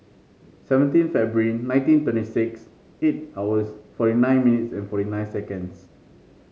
seventeen February nineteen twenty six eight hours forty nine minutes and forty nine seconds